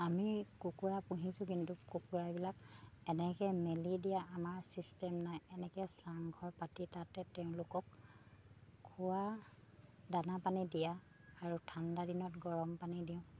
আমি কুকুৰা পুহিছোঁ কিন্তু কুকুৰাবিলাক এনেকৈ মেলি দিয়া আমাৰ চিষ্টেম নাই এনেকৈ চাংঘৰ পাতি তাতে তেওঁলোকক খোৱা দানা পানী দিয়া আৰু ঠাণ্ডা দিনত গৰম পানী দিওঁ